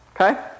Okay